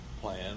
plan